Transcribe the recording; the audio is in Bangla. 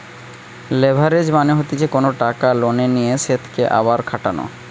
লেভারেজ মানে হতিছে কোনো টাকা লোনে নিয়ে সেতকে আবার খাটানো